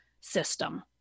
system